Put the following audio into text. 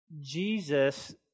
Jesus